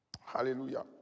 Hallelujah